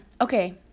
okay